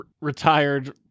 retired